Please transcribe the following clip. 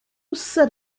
said